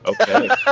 Okay